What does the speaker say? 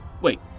Wait